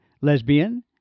lesbian